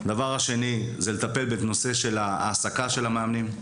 הדבר השני זה לטפל בנושא של ההעסקה של המאמנים.